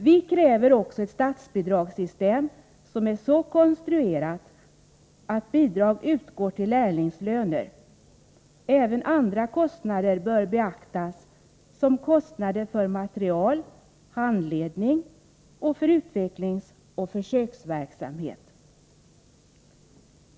Vi kräver också ett statsbidragssystem som är så konstruerat att bidrag utgår till lärlingslöner. Även andra kostnader bör beaktas, som kostnader för material, för handledning och för utvecklingsoch försöksverksamhet.